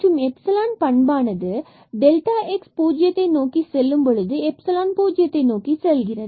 மற்றும் எஃப்சிலான் பண்பானது delta x பூஜ்ஜியத்தை நோக்கி செல்லும் பொழுது எப்சிலோன் பூஜ்ஜியத்தை நோக்கிச் செல்கிறது